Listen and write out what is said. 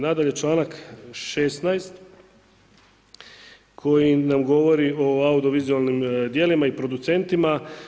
Nadalje članak 16. koji nam govori o audiovizualnim djelima i producentima.